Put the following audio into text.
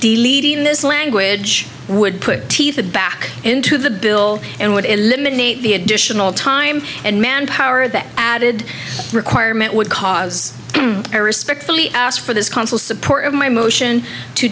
lead in this language would put teeth back into the bill and would eliminate the additional time and manpower the added requirement would cause i respectfully asked for this council support of my motion to